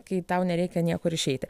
kai tau nereikia niekur išeiti